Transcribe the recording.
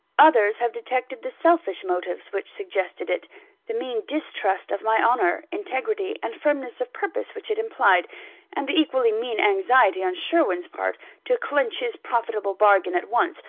others have detected the selfish motives which suggested it the mean distrust of my honour, integrity, and firmness of purpose which it implied and the equally mean anxiety on sherwin's part to clench his profitable bargain at once,